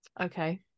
Okay